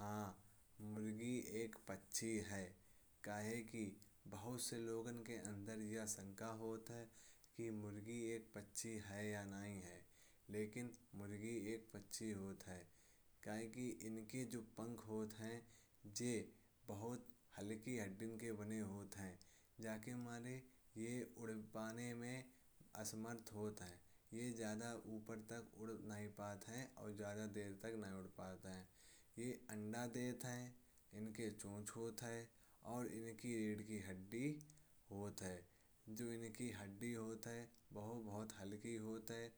हाँ मुर्गी एक पक्षी है कैसे की? बहुत से लोगों के अंदर यह शंका होती है। कि मुर्गी एक पक्षी है या नहीं लेकिन मुर्गी एक पक्षी होती है। कैसे की इनके जो पंख होते हैं वो बहुत हल्के हड्डी के बने होते हैं। जिसके वजह से यह उड़ पाने में असमर्थ होती है। यह ज्यादा ऊपर तक उड़ नहीं पाती और ज्यादा देर तक नहीं उड़ पाती है। यह अंडा देती है इनके चोंच होते हैं और इनकी रीढ़ की हड्डी होती है। जो इनकी हड्डी होती है वो बहुत हल्के होते हैं।